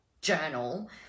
journal